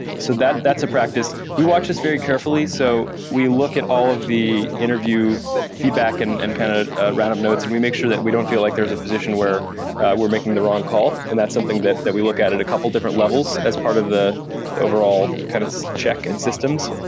so that's a practice. we watch this very carefully. so we look at all of the interview feedback and and kind of random notes, and we make sure that we don't feel like there's a position where we're making the wrong call, and that's something that that we look at at a couple different levels as part of the overall kind of check and systems.